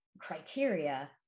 criteria